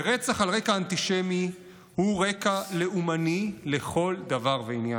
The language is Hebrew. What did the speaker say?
ורצח על רקע אנטישמי הוא על רקע לאומני לכל דבר ועניין.